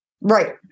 Right